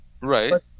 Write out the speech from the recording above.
Right